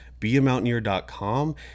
BeAMountaineer.com